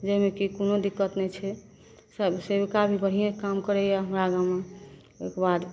जाहिमे कि कोनो दिक्कत नहि छै सभ सेविका भी बढ़िएँ काम करैए हमरा गाममे ओहिके बाद